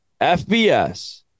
FBS